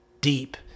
deep